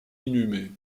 inhumé